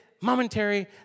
momentary